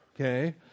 okay